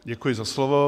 Děkuji za slovo.